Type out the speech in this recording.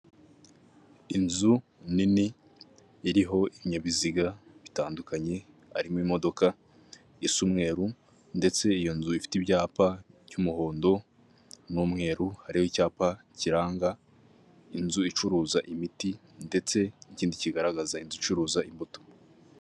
Inzu nini iriho ibinyabiziga bitandukanye harimo imodoka isa umweruru ndetse iyo nzu ifite ibyapa by'umuhondo n'umweru, hariho icyapa kiranga inzu icuruza imiti, ndetse n'i ikindi kigaragaza inzu icuruza imbuto.